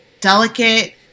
delicate